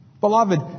Beloved